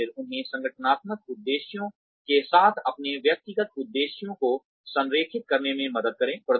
और फिर उन्हें संगठनात्मक उद्देश्यों के साथ अपने व्यक्तिगत उद्देश्यों को संरेखित करने में मदद करें